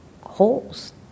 holes